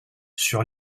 sur